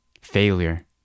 failure